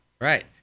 Right